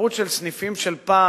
התרבות של סניפים של פעם,